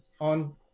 on